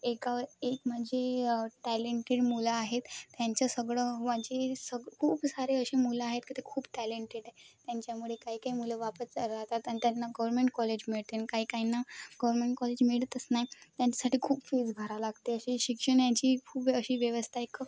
एकावर एक म्हणजे टॅलेंटेड मुलं आहेत त्यांचं सगळं म्हणजे सग खूप सारे असे मुलं आहेत की ते खूप टॅलेंटेड आहे त्यांच्यामुळे काही काही मुलं वापस राहतात आणि त्यांना गव्हर्मेंट कॉलेज मिळते आणि काही काहीना गव्हर्मेंट कॉलेज मिळतच नाही त्यांच्यासाठी खूप फीज भरावी लागते अशी शिक्षण यांची खूप अशी व्यवस्था एक